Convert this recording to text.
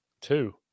Two